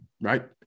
right